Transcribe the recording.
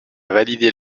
valider